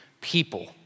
people